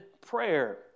prayer